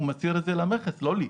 הוא מצהיר את זה למכס, לא לי.